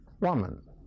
woman